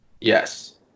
Yes